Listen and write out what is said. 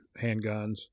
handguns